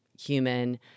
human